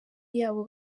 yabo